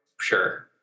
Sure